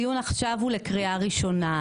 הדיון עכשיו הוא לקריאה ראשונה.